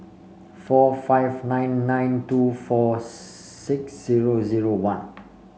four five nine nine two four six zero zero one